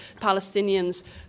Palestinians